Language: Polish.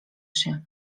się